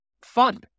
fun